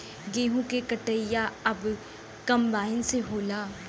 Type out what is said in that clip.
गेंहू क कटिया अब कंपाइन से होला